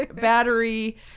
battery